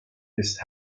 ist